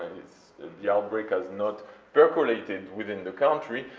the outbreak has not percolated within the country,